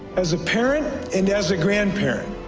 as a parent and as a grandparent,